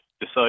decide